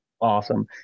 awesome